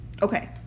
okay